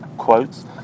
quotes